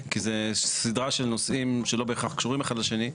כי זו סדרה של נושאים שלא בהכרח קשורים אחד לשני.